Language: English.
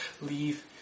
leave